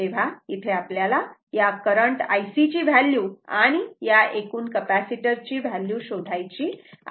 तेव्हा इथे आपल्याला या करंट Ic ची व्हॅल्यू आणि या एकूण कपॅसिटरची व्हॅल्यू शोधायची आहे